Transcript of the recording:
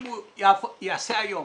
אם הוא יעשה היום